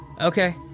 okay